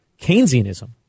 Keynesianism